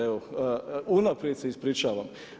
Evo, unaprijed se ispričavam.